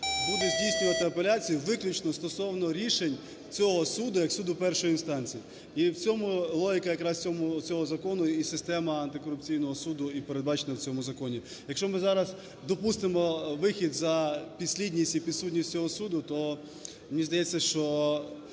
буде здійснювати апеляцію виключно стосовно рішень цього суду як суду першої інстанції. І в цьому логіка якраз цього закону, і система антикорупційного суду і передбачена в цьому законі. Якщо ми зараз допустимо вихід за підслідність і підсудність цього суду, то мені здається, що